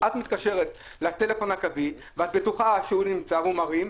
את מתקשרת לטלפון הקווי ואת בטוחה שהוא נמצא והוא מרים,